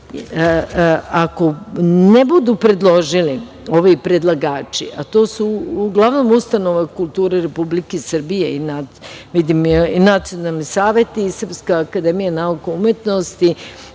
17.Ako ne budu predložili ovi predlagači, a to su uglavnom ustanove kulture Republike Srbije i Nacionalni saveti i Srpska akademija nauke i umetnosti,